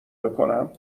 بکنم